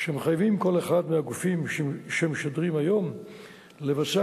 שמחייבים כל אחד מהגופים שמשדרים היום לבצע